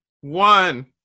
One